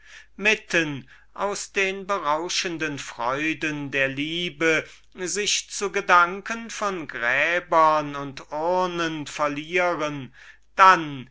glaubte mitten aus den berauschenden freuden der liebe sich zu gedanken von gräbern und urnen verlieren dann